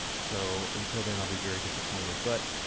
so, until then i'll be very disappointed. but,